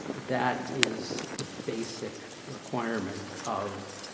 that is the basic requirement of